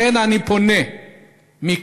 לכן, אני פונה מכאן